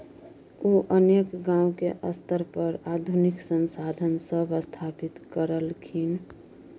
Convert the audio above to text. उ अनेक गांव के स्तर पर आधुनिक संसाधन सब स्थापित करलखिन